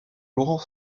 laurent